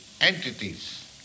entities